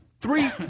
Three